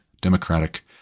democratic